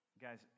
Guys